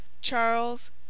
Charles